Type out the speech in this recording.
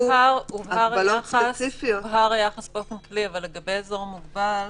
הובהר היחס באופן כללי אבל לגבי אזור מוגבל